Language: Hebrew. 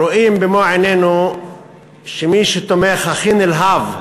אנחנו רואים במו-עינינו שהתומך הכי נלהב,